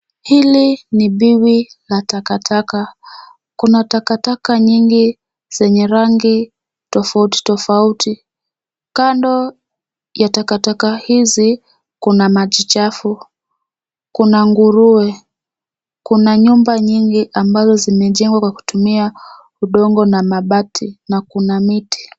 Hili ni biwi la takataka, kuna takataka nyingi zenye rangi tofauti tofauti. Kando ya takataka hizi kuna maji chafu, kuna nguruwe, kuna nyumba nyingi ambazo zimejengwa kwa kutumia udongo na mabati, na kuna miti.